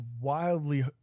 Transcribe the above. wildly